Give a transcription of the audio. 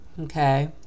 okay